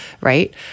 right